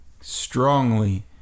strongly